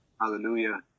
Hallelujah